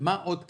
מה עוד קרה?